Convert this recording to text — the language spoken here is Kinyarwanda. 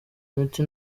imiti